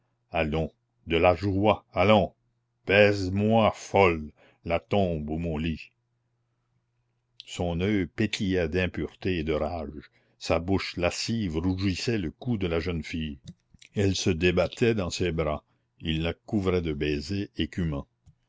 allons de la joie allons baise moi folle la tombe ou mon lit son oeil pétillait d'impureté et de rage sa bouche lascive rougissait le cou de la jeune fille elle se débattait dans ses bras il la couvrait de baisers écumants